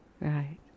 Right